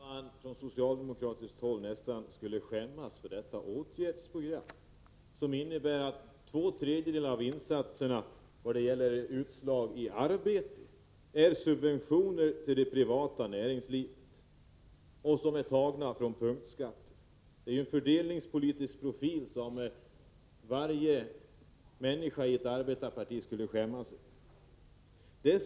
Herr talman! Borde inte, Frida Berglund, socialdemokratin mer eller mindre skämmas för detta åtgärdsprogram, som innebär att två tredjedelar av de insatser som ger utslag i arbete utgörs av subventioner till det privata näringslivet? Pengarna har tagits av intäkter genom punktskatter. Det är en fördelningspolitisk profil som varje människa i ett arbetarparti borde skämmas för.